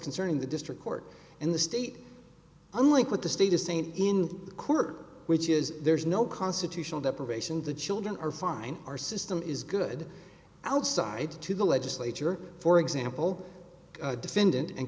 concerning the district court and the state unlike what the state a saint in the court which is there is no constitutional deprivation the children are fine our system is good outside to the legislature for example defendant and